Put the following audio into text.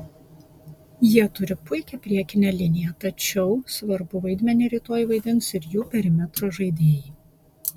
jie turi puikią priekinę liniją tačiau svarbų vaidmenį rytoj vaidins ir jų perimetro žaidėjai